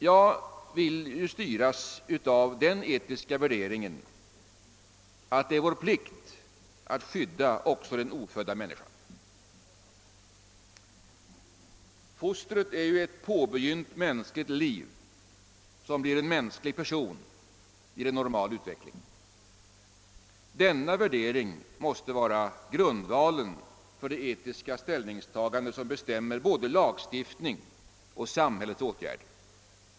Jag vill styras av den etiska värderingen att det är vår plikt att skydda också den ofödda människan. Fostret är ett påbörjat mänskligt liv som blir en mänsklig person vid en normal utveckling. Denna värdering måste vara grundvalen för det etiska ställningstagande som bestämmer både lagstiftning och samhällsåtgärder.